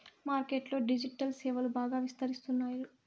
market లో digital సేవలు బాగా విస్తరిస్తున్నారు